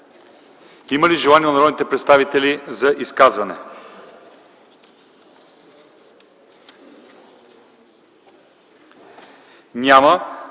Има ли желание от народните представители за изказване? Не